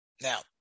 Now